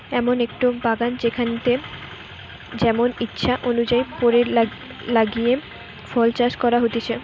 এমন একটো বাগান যেখানেতে যেমন ইচ্ছে অনুযায়ী পেড় লাগিয়ে ফল চাষ করা হতিছে